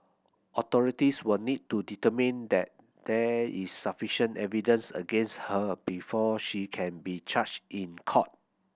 authorities will need to determine that there is sufficient evidence against her before she can be charged in court